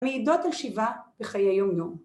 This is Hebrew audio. מעידות על שיבה וחיי יומיום.